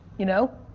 you know.